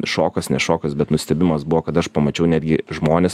šokas ne šokas bet nustebimas buvo kada aš pamačiau netgi žmonės